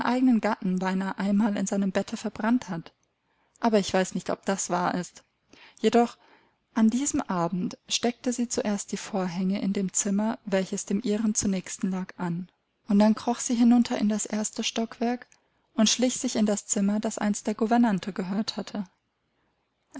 gatten beinahe einmal in seinem bette verbrannt hat aber ich weiß nicht ob das wahr ist jedoch an diesem abend steckte sie zuerst die vorhänge in dem zimmer welches dem ihren zunächst lag an und dann kroch sie hinunter in das erste stockwerk und schlich sich in das zimmer das einst der gouvernante gehört hatte